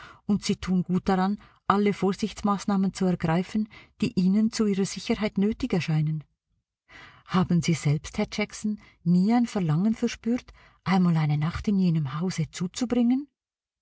und sie tun gut daran alle vorsichtsmaßnahmen zu ergreifen die ihnen zu ihrer sicherheit nötig erscheinen haben sie selbst herr jackson nie ein verlangen verspürt einmal eine nacht in jenem hause zuzubringen